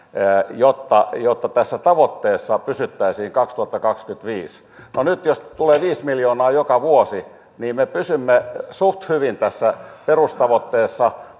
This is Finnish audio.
jotta jotta tässä tavoitteessa pysyttäisiin kaksituhattakaksikymmentäviisi no nyt jos tulee viisi miljoonaa joka vuosi niin me pysymme suht hyvin tässä perustavoitteessa